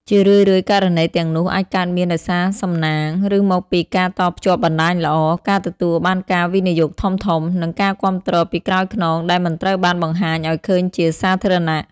ជារឿយៗ ករណីទាំងនោះអាចកើតមានដោយសារសំណាង ឬមកពីការតភ្ជាប់បណ្តាញល្អ ការទទួលបានការវិនិយោគធំៗ និងការគាំទ្រពីក្រោយខ្នងដែលមិនត្រូវបានបង្ហាញឱ្យឃើញជាសាធារណៈ។